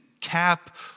cap